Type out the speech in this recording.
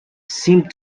seemed